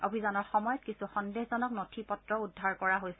অভিযানৰ সময়ত কিছু সন্দেহজনক নথি পত্ৰও উদ্ধাৰ কৰা হৈছে